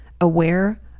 aware